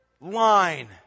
line